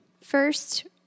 First